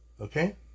Okay